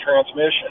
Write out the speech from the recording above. transmission